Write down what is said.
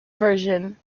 version